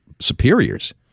superiors